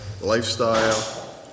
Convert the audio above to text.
lifestyle